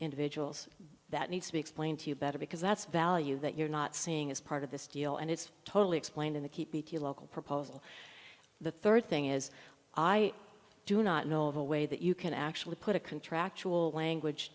individuals that need to be explained to you better because that's a value that you're not seeing as part of this deal and it's totally explained in the keep the local proposal the third thing is i do not know of a way that you can actually put a contractual language